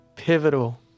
Pivotal